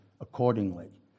accordingly